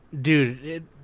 Dude